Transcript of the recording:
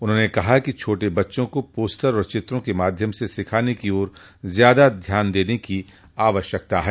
उन्होंने कहा कि छोटे बच्चों को पोस्टर और चित्रों के माध्यम से सिखाने की ओर ज्यादा ध्यान देने की आवश्यकता है